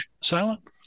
silent